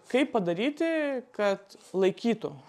kaip padaryti kad laikytų